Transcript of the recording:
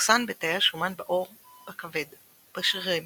מאוחסן בתאי השומן בעור, בכבד, בשרירים,